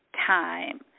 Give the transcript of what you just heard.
time